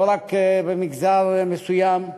לא רק במגזר מסוים,